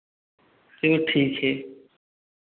चलो ठीक है